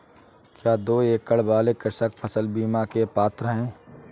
क्या दो एकड़ वाले कृषक फसल बीमा के पात्र हैं?